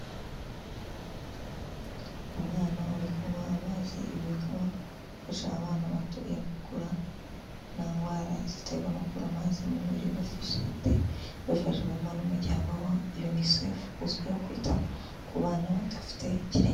Umwana uri kunywa amazi, ibi bikaba bifasha abana batoya gukura nta ndwara ziterwa no kubura amazi mu mubiri bafite babifashijwemo n'umuryango wabo UNICEF uzwiho kwita ku bana badafite kirengera.